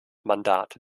mandat